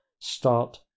start